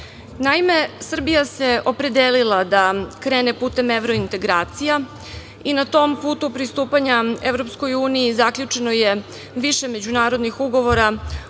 Srbije. Naime, Srbija se opredelila da krene putem evrointegracija i na tom putu pristupanja EU zaključeno je više međunarodnih ugovora,